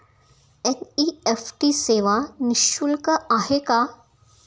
NEFT सेवा निःशुल्क आहे का?